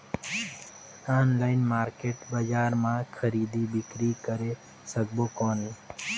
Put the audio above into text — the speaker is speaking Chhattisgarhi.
ऑनलाइन मार्केट बजार मां खरीदी बीकरी करे सकबो कौन?